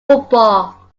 football